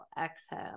exhale